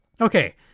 Okay